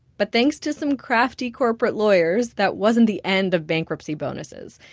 but thanks to some crafty corporate lawyers, that wasn't the end of bankruptcy bonuses.